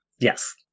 Yes